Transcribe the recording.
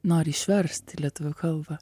nori išverst į lietuvių kalbą